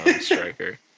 striker